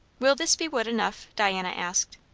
will this be wood enough? diana asked.